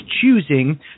choosing